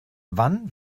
wann